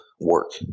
work